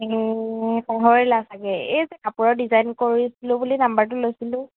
এই পাহৰিলা চাগে এই যে কাপোৰৰ ডিজাইন কৰিছিলোঁ বুলি নাম্বাৰটো লৈছিলোঁ